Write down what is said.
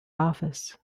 office